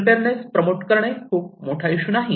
preparedness promote करणे खूप मोठा इशू नाही